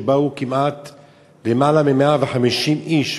באו יותר מ-150 איש,